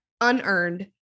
unearned